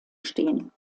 stehen